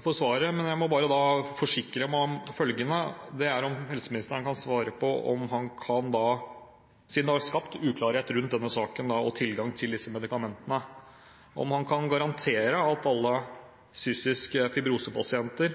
for svaret, men jeg må bare forsikre meg om følgende: Kan helseministeren, siden det er skapt uklarhet rundt denne saken og tilgangen på disse medikamentene, garantere at alle cystisk fibrose-pasienter, som kan ha nytte av medisinen, vil få innvilget individuell refusjon? Hvordan vil han eventuelt kommunisere denne nyheten til alle